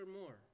more